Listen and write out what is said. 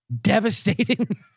Devastating